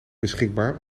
beschikbaar